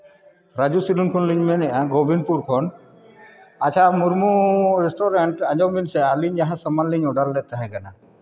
ᱨᱟᱹᱡᱩ ᱥᱮᱞᱩᱱ ᱠᱷᱚᱱᱞᱤᱧ ᱢᱮᱱᱮᱫᱼᱟ ᱜᱳᱵᱤᱱᱯᱩᱨ ᱠᱷᱚᱱ ᱟᱪᱪᱷᱟ ᱢᱩᱨᱢᱩ ᱨᱮᱥᱴᱩᱨᱮᱱᱴ ᱟᱪᱪᱷᱟ ᱟᱸᱡᱚᱢ ᱵᱤᱱ ᱥᱮ ᱟᱹᱞᱤᱧ ᱡᱟᱦᱟᱸ ᱥᱟᱢᱟᱱ ᱞᱤᱧ ᱚᱰᱟᱨ ᱞᱮᱫ ᱛᱟᱦᱮᱸ ᱠᱟᱱᱟ